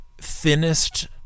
thinnest